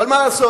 אבל מה לעשות?